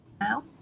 now